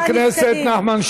לא,